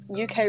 UK